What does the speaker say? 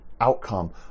outcome